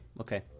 okay